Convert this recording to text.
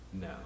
No